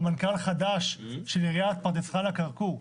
הוא מנכ"ל חדש של עיריית פרדס חנה כרכור.